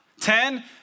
Ten